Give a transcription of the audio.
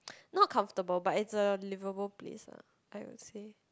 not comfortable but is a liveable place lah I would say